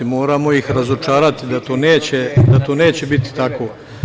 Moramo ih razočarati da to neće biti tako.